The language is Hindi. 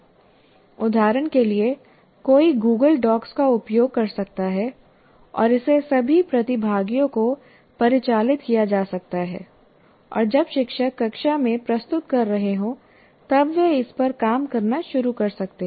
उदाहरण के लिए कोई गूगल डॉक्स का उपयोग कर सकता है और इसे सभी प्रतिभागियों को परिचालित किया जा सकता है और जब शिक्षक कक्षा में प्रस्तुत कर रहे हों तब वे इस पर काम करना शुरू कर सकते हैं